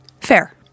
Fair